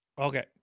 okay